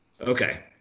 Okay